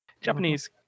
Japanese